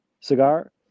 cigar